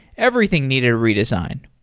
everything needed a redesign.